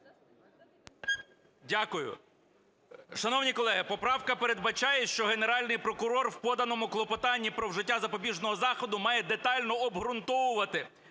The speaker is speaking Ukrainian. Дякую. Шановні колеги. поправка передбачає, що Генеральний прокурор в поданому клопотанні про вжиття запобіжного заходу має детально обґрунтовувати